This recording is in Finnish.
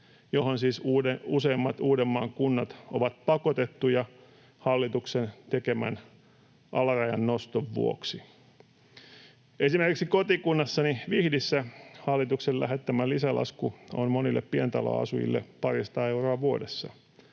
johon siis useimmat Uudenmaan kunnat ovat pakotettuja hallituksen tekemän alarajan noston vuoksi. Esimerkiksi kotikunnassani Vihdissä hallituksen lähettämä lisälasku on monille pientaloasujille parisataa euroa vuodessa,